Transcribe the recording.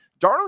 Darnold